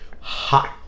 Hot